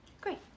Great